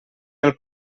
del